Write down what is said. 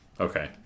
Okay